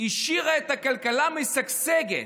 השאירה את הכלכלה משגשגת.